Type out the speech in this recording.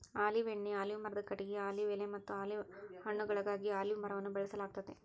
olive ಎಣ್ಣಿ, olive ಮರದ ಕಟಗಿ, ಆಲಿವ್ ಎಲೆಮತ್ತ ಆಲಿವ್ ಹಣ್ಣುಗಳಿಗಾಗಿ ಅಲಿವ್ ಮರವನ್ನ ಬೆಳಸಲಾಗ್ತೇತಿ